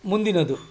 ಮುಂದಿನದು